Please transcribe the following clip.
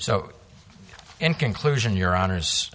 so in conclusion your hono